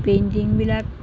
পেইণ্টিংবিলাক